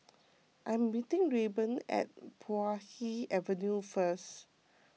I am meeting Rayburn at Puay Hee Avenue first